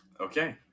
Okay